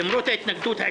הפניות אושרו.